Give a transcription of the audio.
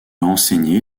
enseigné